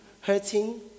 hurting